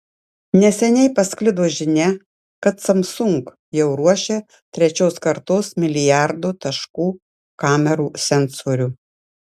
neseniai pasklido žinia kad samsung jau ruošia trečios kartos milijardo taškų kamerų sensorių